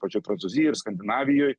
pačioj prancūzijoj ir skandinavijoj